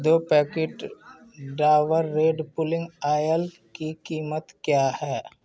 दो packet Dabur red pulling oil की कीमत क्या है